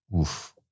oof